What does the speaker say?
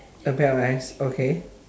a pair of eyes okay